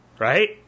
Right